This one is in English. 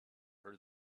her